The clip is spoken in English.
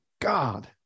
God